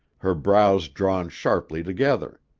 her brows drawn sharply together.